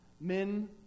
Men